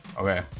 Okay